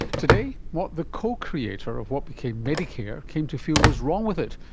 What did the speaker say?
today, what the co-creator of what became medicare came to feel was wrong with it,